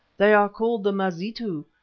they are called the mazitu,